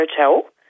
Hotel